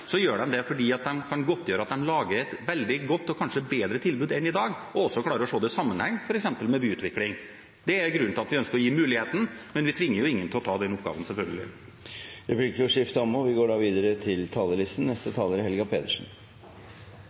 så gjør de det fordi de kan godtgjøre at de lager et veldig godt og kanskje bedre tilbud enn i dag og også klarer å se det i sammenheng med f.eks. byutvikling. Det er grunnen til at vi ønsker å gi muligheten. Men vi tvinger selvfølgelig ingen til å ta den oppgaven. Replikkordskiftet er omme. Arbeiderpartiet er for endringer i kommunestrukturen, men imot bruk av tvang. Vi